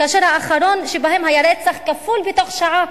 כאשר האחרון שבהם היה רצח כפול בתוך שעה,